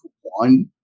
one